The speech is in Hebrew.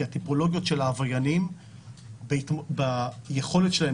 כי הטיפולוגיות של העבריינים ביכולת שלהם